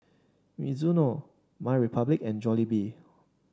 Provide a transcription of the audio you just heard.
Mizuno MyRepublic and Jollibee